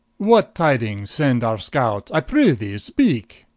what tidings send our scouts? i prethee speak